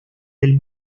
del